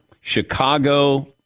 Chicago